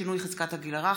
שינוי חזקת הגיל הרך),